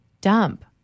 dump